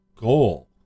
goal